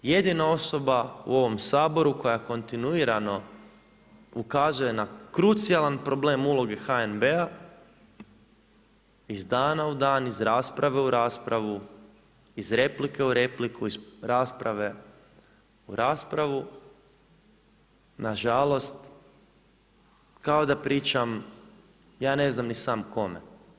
Jedina osoba u ovom Saboru koji kontinuirano ukazuje na krucijalan problem uloge HNB-a iz dana u dan, iz rasprave u raspravu, iz replike u repliku, iz rasprave u raspravu na žalost kao da pričam ja ne znam ni sam kome.